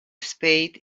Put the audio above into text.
spade